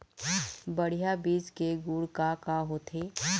बढ़िया बीज के गुण का का होथे?